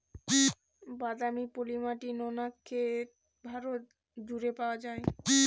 বাদামি, পলি মাটি, নোনা ক্ষেত ভারত জুড়ে পাওয়া যায়